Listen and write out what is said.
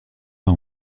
pas